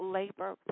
labor